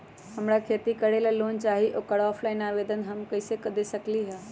हमरा खेती करेला लोन चाहि ओकर ऑफलाइन आवेदन हम कईसे दे सकलि ह?